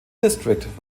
district